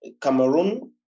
Cameroon